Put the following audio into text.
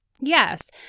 Yes